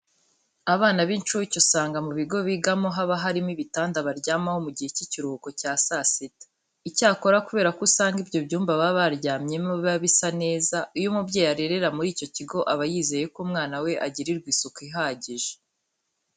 Abana b'incuke usanga mu bigo bigamo haba harimo ibitanda baryamaho mu gihe cy'ikiruhuko cya saa sita. Icyakora kubera ko usanga ibyo byumba baba baryamyemo biba bisa neza, iyo umubyeyi arerera muri icyo kigo aba yizeye ko umwana we agirirwa isuku ihagije.